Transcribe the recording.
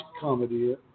comedy